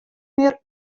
mear